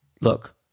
look